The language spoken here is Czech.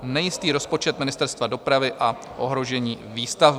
Nejistý rozpočet Ministerstva dopravy a ohrožení výstavby.